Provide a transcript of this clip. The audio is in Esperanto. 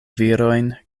virojn